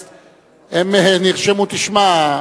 תשמע,